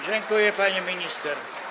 Dziękuję, pani minister.